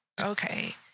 Okay